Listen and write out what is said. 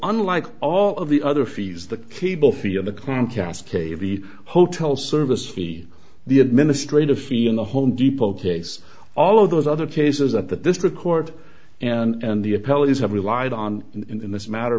unlike all of the other fees the cable field the comcast kavi hotel service fee the administrative fee and the home depot case all of those other cases that that this record and the appellate have relied on in this matter